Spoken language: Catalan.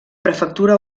prefectura